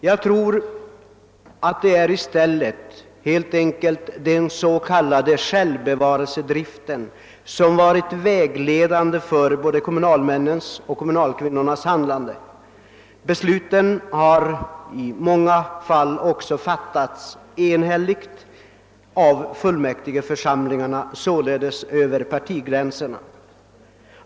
Jag tror att det i stället helt enkelt är självbevarelsedriften som varit väglelande för deras handlande. Besluten har i många fall också fattats enhälligt av fullmäktigeförsamlingarna — således över partigränserna.